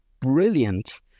brilliant